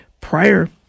Prior